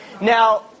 Now